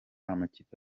amakipe